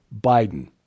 Biden